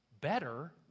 Better